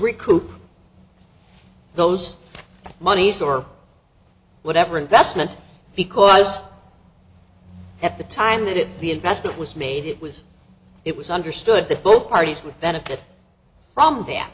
recoup those monies or whatever investment because at the time that the investment was made it was it was understood that both parties would benefit from th